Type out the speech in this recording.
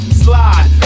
slide